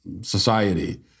society